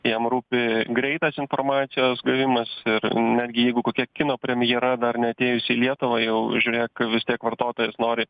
jam rūpi greitas informacijos gavimas ir netgi jeigu kokia kino premjera dar neatėjusi į lietuvą jau žiūrėk vis tiek vartotojas nori